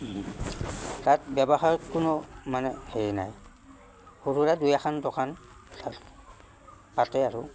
তাত ব্যৱসায়ত কোনো মানে হেৰি নাই সৰু সুৰা দুই এখান দোকান তাত পাতে আৰু